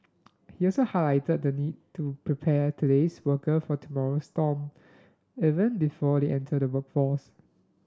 he also highlighted the need to prepare today's worker for tomorrow's storm even before they enter the workforce